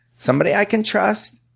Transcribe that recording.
somebody i can trust,